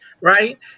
right